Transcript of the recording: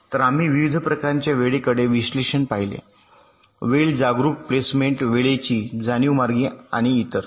तर आम्ही विविध प्रकारच्या वेळेकडे विश्लेषण पाहिले वेळ जागरूक प्लेसमेंट वेळेची जाणीव मार्ग आणि इतर